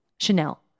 Chanel